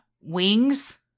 wings